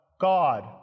God